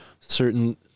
certain